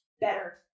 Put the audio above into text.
better